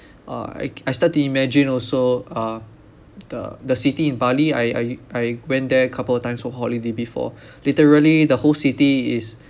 uh I I start to imagine also uh the the city in bali I I I went there a couple of times for holiday before literally the whole city is